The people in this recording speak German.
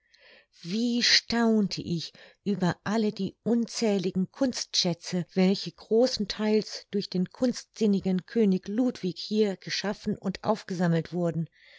wie staunte ich über alle die unzähligen kunstschätze welche großentheils durch den kunstsinnigen könig ludwig hier geschaffen und aufgesammelt wurden